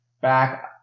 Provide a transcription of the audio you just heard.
back